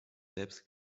selbst